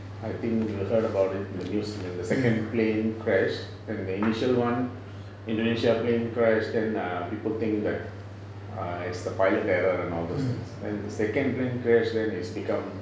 I think you heard about it in the news in the second plane crash and the initial [one] indonesia plane crash then err people think that err it's the pilot error and all those things then the second plane crash then it has become